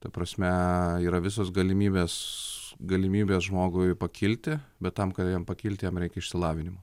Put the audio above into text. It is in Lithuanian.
ta prasme yra visos galimybės galimybės žmogui pakilti bet tam kad jam pakilti jam reikia išsilavinimo